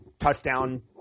touchdown